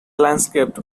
landscape